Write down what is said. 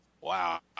Wow